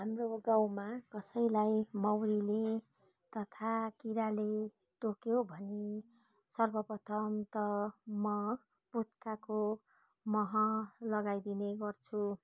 हाम्रो गाउँमा कसैलाई मौरीले तथा किराले टोक्यो भने सर्वप्रथम त म पुत्काको मह लगाइदिने गर्छु